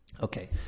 Okay